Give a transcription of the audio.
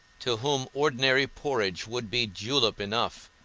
to whom ordinary porridge would be julep enough,